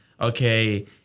okay